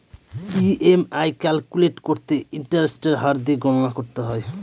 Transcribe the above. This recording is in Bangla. ই.এম.আই ক্যালকুলেট করতে ইন্টারেস্টের হার দিয়ে গণনা করতে হয়